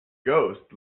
ghost